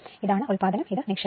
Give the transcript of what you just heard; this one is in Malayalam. ഇതാണ് ഉത്പാദനം ഇത് നിക്ഷേപണം